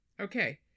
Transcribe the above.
Okay